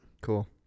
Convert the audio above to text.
Cool